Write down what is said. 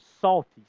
salty